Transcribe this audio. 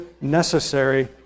necessary